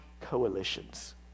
coalitions